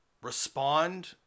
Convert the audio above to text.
respond